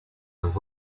and